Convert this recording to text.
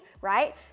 right